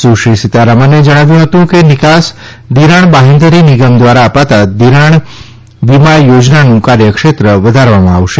સુશ્રી સીતારણને જણાવ્યું હતું કે નિકાસ ધિરાણ બાંહેધરી નિગમ દ્વારા અપાતા નિકાસ ધિરાણ વીમા યોજનાનું કાર્યક્ષેત્ર વધારવામાં આવશે